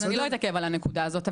אז אני לא אתעכב על הנקודה הזאת.